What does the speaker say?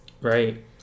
Right